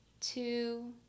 Two